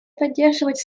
поддерживать